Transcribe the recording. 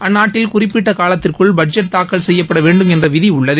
அந்நாட்டில் குறிப்பிட்ட காலத்திற்குள் பட்ஜெட் தாக்கல் செய்யப்பட வேண்டும் என்ற விதி உள்ளது